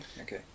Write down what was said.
okay